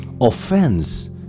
Offense